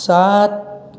सात